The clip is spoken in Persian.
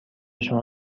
شما